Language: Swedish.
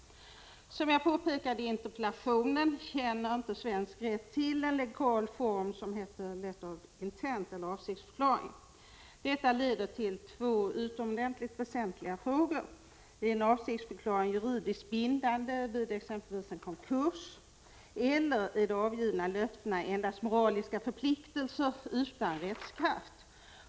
Som jag påpekade i interpellationen känner inte svensk rätt till en legal form som heter avsiktsförklaring. Detta leder till två utomordentligs väsentliga frågor: Är en avsiktsförklaring juridiskt bindande vid exempelvis en konkurs, eller är de avgivna löftena endast en moralisk förpliktelse, utan rättskraft?